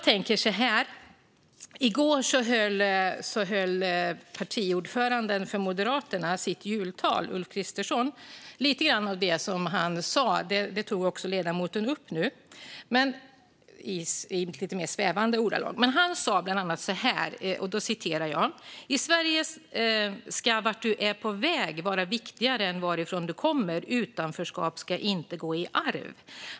I går höll Moderaternas partiordförande Ulf Kristersson sitt jultal. Lite grann av det som han sa tog också ledamoten upp nu men i lite mer svävande ordalag. Kristersson sa bland annat så här: "I Sverige ska vart du är på väg vara viktigare än varifrån du kommer. Utanförskap ska inte gå i arv."